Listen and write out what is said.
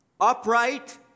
upright